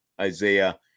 isaiah